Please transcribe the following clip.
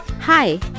Hi